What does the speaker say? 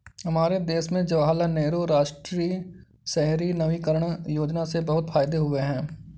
हमारे देश में जवाहरलाल नेहरू राष्ट्रीय शहरी नवीकरण योजना से बहुत से फायदे हुए हैं